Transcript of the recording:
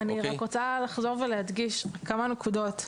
אני רק רוצה לחזור ולהדגיש כמה נקודות.